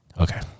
okay